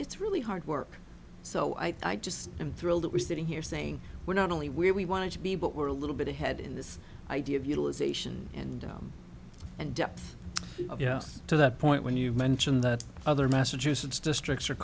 it's really hard work so i just i'm thrilled that we're sitting here saying we're not only where we want to be but we're a little bit ahead in this idea of utilization and and depth of yes to that point when you mention that other massachusetts districts are